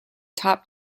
top